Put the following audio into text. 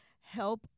help